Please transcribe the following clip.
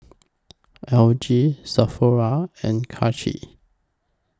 L G Sephora and Karcher